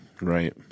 right